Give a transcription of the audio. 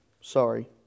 sorry